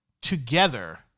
together